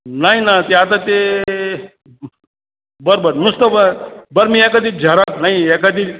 नाही ना ते आता ते बरं बरं नुसतं बरं बरं मी एखादी झेरॉ नाही एखादी